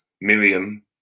Miriam